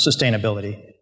sustainability